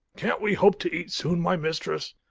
can't we hope to eat soon, my mistress?